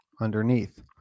underneath